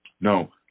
No